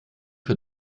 für